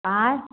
आँय